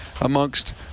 amongst